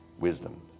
Wisdom